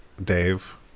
dave